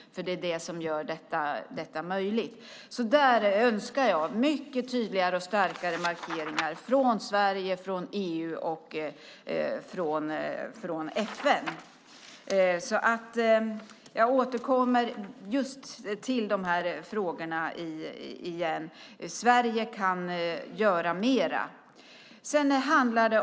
Det är det som gör detta möjligt. Jag önskar mycket tydligare och starkare markeringar från Sverige, EU och FN. Jag återkommer till de här frågorna. Sverige kan göra mera.